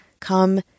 come